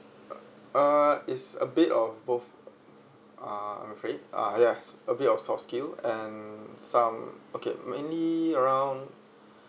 uh it's a bit or both uh I'm afraid uh yes a bit of soft skills and some okay mainly around